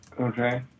Okay